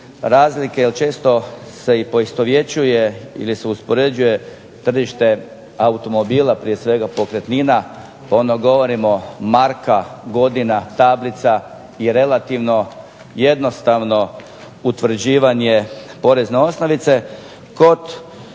razlike jer često se i poistovjećuje ili se uspoređuje tržište automobila, prije svega pokretnina, pa onda govorimo marka, godina, tablica i relativno jednostavno utvrđivanje porezne osnovice. Kod